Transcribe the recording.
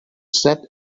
set